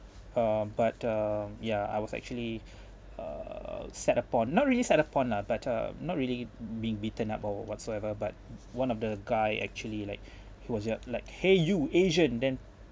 uh but uh yeah I was actually ugh set upon not really set upon lah but uh not really being beaten up or whatsoever but one of the guy actually like he was like !hey! you asian then